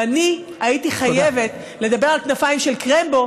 ואני הייתי חייבת לדבר על כנפיים של קרמבו,